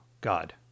God